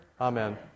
Amen